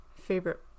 favorite